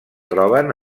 troben